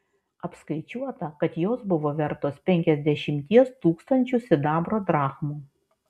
apskaičiuota kad jos buvo vertos penkiasdešimties tūkstančių sidabro drachmų